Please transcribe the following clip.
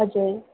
हजुर